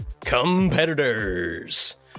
competitors